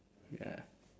ya